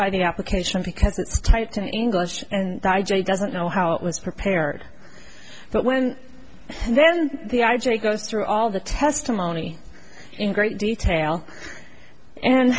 by the application because it's typed in english and i j doesn't know how it was prepared but when then the i j a goes through all the testimony in great detail and